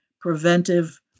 preventive